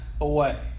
away